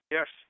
Yes